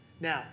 Now